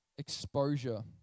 exposure